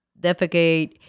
defecate